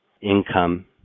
income